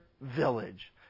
village